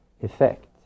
effect